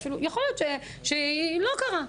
יכול להיות שלא קרה,